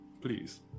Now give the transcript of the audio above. please